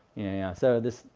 yeah, so this